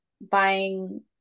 buying